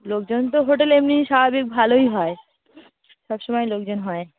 লোকজন তো হোটেলে এমনি স্বাভাবিক ভালোই হয় সব সময় লোকজন হয়